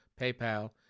PayPal